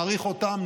נעריך אותם,